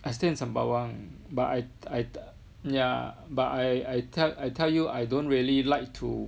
I stay in Sembawang I I yeah but I I tell I tell you I don't really like to